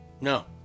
No